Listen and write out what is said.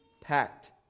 packed